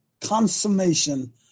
consummation